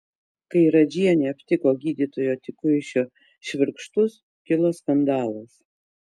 kai radžienė aptiko gydytojo tikuišio švirkštus kilo skandalas